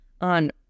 on